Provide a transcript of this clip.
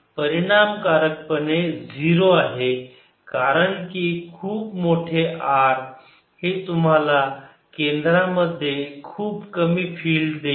परिणामकारकपणे 0 आहे कारण की खूप मोठे R हे तुम्हाला केंद्रामध्ये खूप कमी फिल्ड देईल